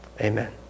amen